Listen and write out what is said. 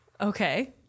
Okay